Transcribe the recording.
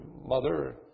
mother